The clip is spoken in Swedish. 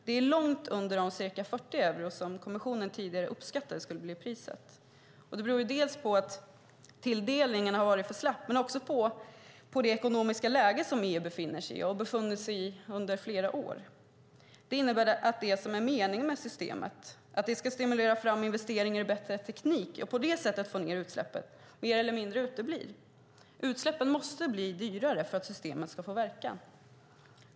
Det är långt under de ca 40 euro som kommissionen tidigare uppskattade skulle bli priset. Det beror på att tilldelningen har varit för slapp, men också på det ekonomiska läge som EU befinner sig i och har befunnit sig i under flera år. Det innebär att det som är meningen med systemet, nämligen att det ska stimulera fram investeringar i bättre teknik och på det sättet få ned utsläppen, mer eller mindre uteblir. Utsläppen måste bli dyrare för att systemet ska få verkan.